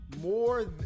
more